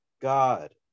God